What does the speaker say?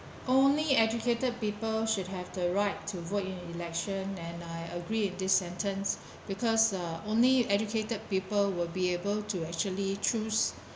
only educated people should have the right to vote in election and I agree with this sentence because uh only educated people will be able to actually choose